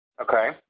Okay